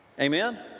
Amen